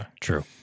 True